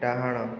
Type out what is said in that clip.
ଡାହାଣ